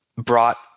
brought